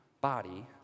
body